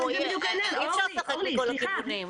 אי אפשר לשחק לכל הכיוונים.